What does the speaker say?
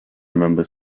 remember